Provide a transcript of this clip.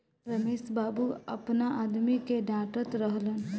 रमेश बाबू आपना आदमी के डाटऽत रहलन